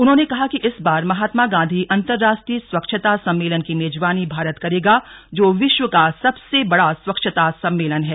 उन्होंने कहा कि इस बार महात्मा गांधी अंतर्राष्ट्रीय स्वच्छता सम्मेलन की मेजबानी भारत करेगा जो विश्व का सबसे बड़ा स्वच्छता सम्मेलन है